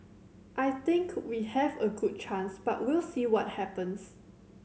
I think we have a good chance but we'll see what happens